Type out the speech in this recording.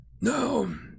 No